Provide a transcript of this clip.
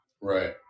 Right